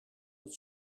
het